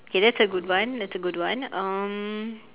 okay that's a good one that's a good one um